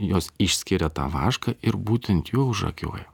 jos išskiria tą vašką ir būtent juo užakiuoja